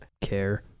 care